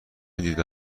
دیده